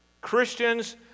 Christians